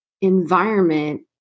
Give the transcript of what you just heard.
environment